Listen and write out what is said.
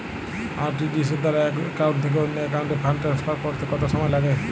RTGS দ্বারা এক account থেকে অন্য একাউন্টে ফান্ড ট্রান্সফার করতে কত সময় লাগে?